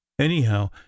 anyhow